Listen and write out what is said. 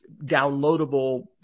downloadable